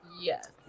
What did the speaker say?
Yes